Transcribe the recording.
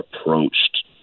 approached